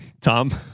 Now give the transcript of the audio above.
Tom